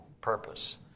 purpose